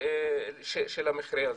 של המכרה הזה.